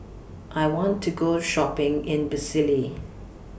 I want to Go Shopping in